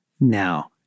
now